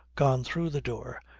gone through the door,